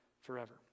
forever